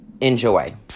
Enjoy